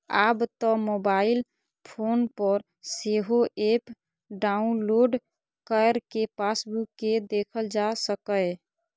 आब तं mobile phone पर सेहो एप डाउलोड कैर कें पासबुक कें देखल जा सकैए